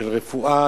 של הרפואה.